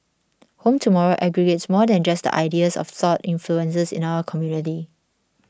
Home Tomorrow aggregates more than just the ideas of thought influences in our community